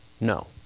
No